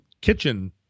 kitchen